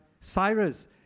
Cyrus